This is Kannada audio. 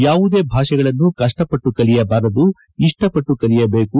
ಯಾವುದೇ ಭಾಷೆಗಳನ್ನು ಕಷ್ಟಪಟ್ಟು ಕಲಿಯಬಾರದು ಇಷ್ಟಪಟ್ಟು ಕಲಿಯಬೇಕು